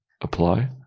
Apply